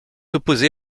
opposé